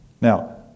Now